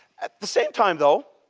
at the same time, though,